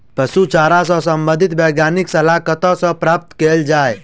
पशु चारा सऽ संबंधित वैज्ञानिक सलाह कतह सऽ प्राप्त कैल जाय?